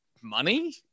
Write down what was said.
money